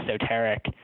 esoteric